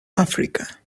africa